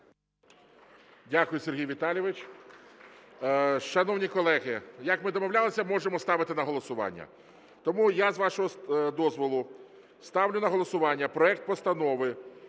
Дякую, Сергій Віталійович. Шановні колеги, як ми домовлялися, можемо ставити на голосування. Тому я, з вашого дозволу, ставлю на голосування проект Постанови